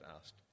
asked